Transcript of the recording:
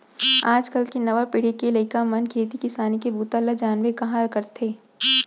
आज काल के नवा पीढ़ी के लइका मन खेती किसानी के बूता ल जानबे कहॉं करथे